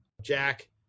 Jack